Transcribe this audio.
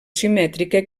simètrica